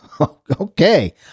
Okay